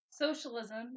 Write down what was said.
Socialism